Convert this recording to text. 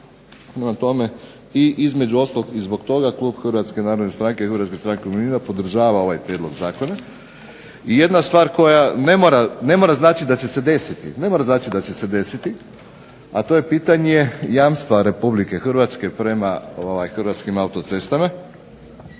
i između ostalog i zbog toga klub Hrvatske narodne stranke, Hrvatske stranke umirovljenika podržava ovaj prijedlog zakona. I jedna stvar koja ne mora, ne mora značiti da će se desiti, a to je pitanje jamstva Republike Hrvatske prema Hrvatskim autocestama.